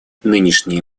нынешние